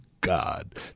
God